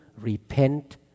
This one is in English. repent